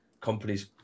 companies